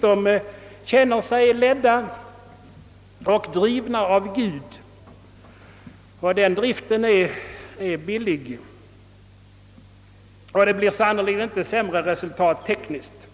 De känner sig ledda och drivna av Gud, och den driften är billig. Och det blir sannerligen inte sämre resultat tekniskt.